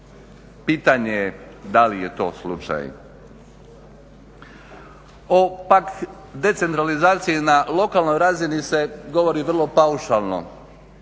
Pitanje je da li je to slučaj. O pak decentralizaciji na lokalnoj razini se govori vrlo paušalno,